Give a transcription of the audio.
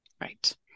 Right